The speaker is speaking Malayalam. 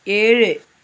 ഏഴ്